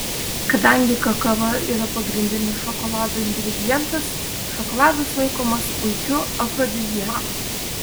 kadangi kakava yra pagrindinis šokolado ingredientas šokoladas laikomas puikiu afrodiziaku